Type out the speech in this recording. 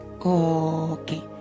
Okay